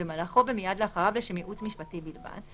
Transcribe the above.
במהלכו ומיד לאחריו לשם ייעוץ משפטי בלבד,